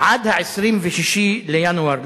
עד 26 בינואר,